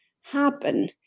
happen